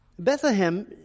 Bethlehem